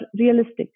realistic